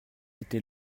était